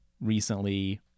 recently